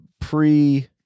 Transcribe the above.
pre